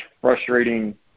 frustrating